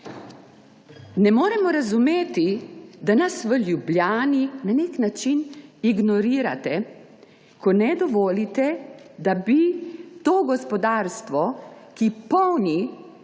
Ne moremo razumeti, da nas v Ljubljani na nek način ignorirate, ko ne dovolite, da bi to gospodarstvo, ki polni